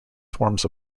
forms